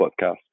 podcast